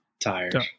tired